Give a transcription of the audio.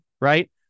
right